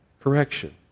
correction